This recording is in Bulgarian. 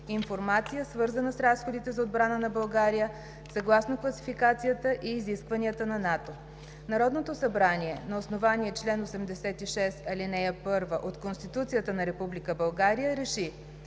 информация, свързана с разходите за отбрана на България, съгласно класификацията и изискванията на НАТО Народното събрание на основание чл. 86, ал. 1 от Конституцията на Република